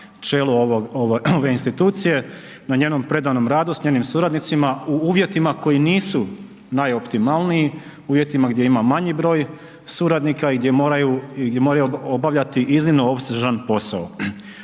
čelu ove institucije, na njenom predanom radu, sa njenim suradnicima u uvjetima koji nisu najoptimalniji, uvjetima gdje ima manji broj suradnika i gdje moraju obavljati iznimno opsežan posao.